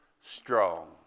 strong